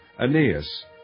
Aeneas